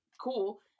cool